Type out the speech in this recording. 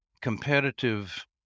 competitive